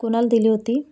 कुणाला दिली होती